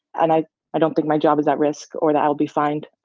and i i don't think my job is at risk or that i'll be fined.